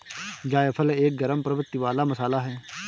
जायफल एक गरम प्रवृत्ति वाला मसाला है